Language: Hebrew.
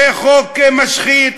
זה חוק משחית,